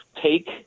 take